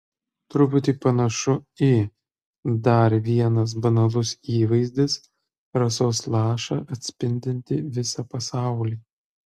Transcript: truputį panašu į dar vienas banalus įvaizdis rasos lašą atspindintį visą pasaulį